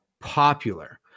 popular